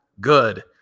good